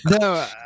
no